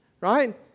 Right